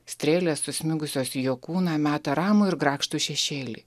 strėlės susmigusios į jo kūną meta ramų ir grakštų šešėlį